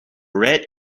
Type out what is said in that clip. red